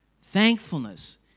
thankfulness